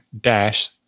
dash